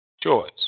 choice